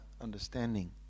understanding